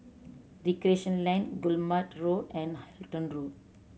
Recreation Lane Guillemard Road and Halton Road